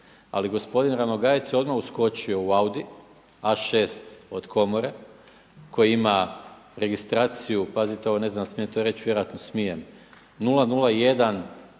Ali gospodin Ranogajec je odmah uskočio u Audi A6 od komore koji ima registraciju, pazite ovo ne znam jel smijem reći vjerojatno smijem 0001OK